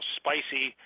spicy